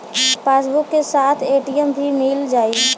Passbook के साथ ATM भी मील जाई?